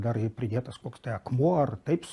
dar ir pridėtas koks tai akmuo ar taip